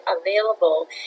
available